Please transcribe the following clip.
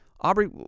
Aubrey